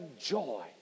joy